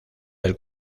del